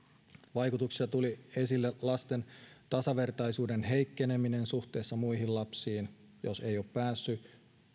vaikutuksissa tuli esille lasten tasavertaisuuden heikkeneminen suhteessa muihin lapsiin jos ei ole päässyt